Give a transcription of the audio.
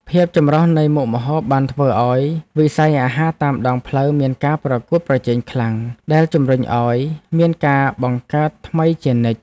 ភាពចម្រុះនៃមុខម្ហូបបានធ្វើឱ្យវិស័យអាហារតាមដងផ្លូវមានការប្រកួតប្រជែងខ្លាំងដែលជំរុញឱ្យមានការបង្កើតថ្មីជានិច្ច។